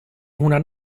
una